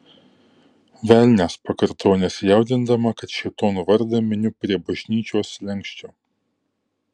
velnias pakartojau nesijaudindama kad šėtono vardą miniu prie bažnyčios slenksčio